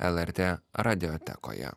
lrt radiotekoje